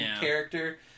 character